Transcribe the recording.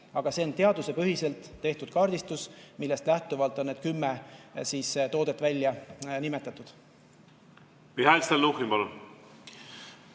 Aga see on teaduspõhiselt tehtud kaardistus, millest lähtuvalt on need kümme toote[artiklit] nimetatud.